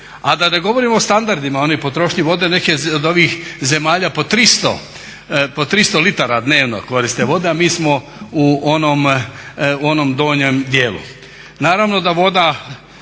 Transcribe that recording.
A da ne govorim o standardima oni potrošnji vode neke od ovih zemalja po 300 litara dnevno koriste vode, a mi smo u onom donjem dijelu.